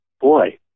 boy